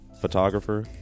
photographer